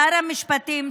שר המשפטים,